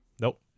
nope